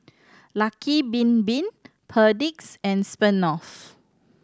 Lucky Bin Bin Perdix and Smirnoff